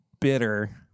bitter